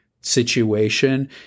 situation